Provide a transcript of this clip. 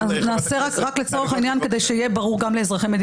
רק לצורך העניין,